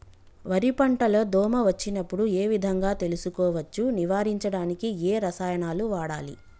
వరి పంట లో దోమ వచ్చినప్పుడు ఏ విధంగా తెలుసుకోవచ్చు? నివారించడానికి ఏ రసాయనాలు వాడాలి?